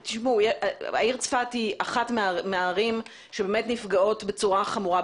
העיר צפת היא אחת מהערים שבאמת נפגעות בצורה חמורה,